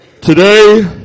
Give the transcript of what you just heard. today